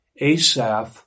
Asaph